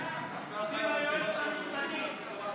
אמסלם, היועצת המשפטית.